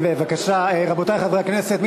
רבותי חברי הכנסת,